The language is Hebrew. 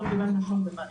לא קיבלנו שום דבר.